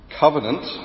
Covenant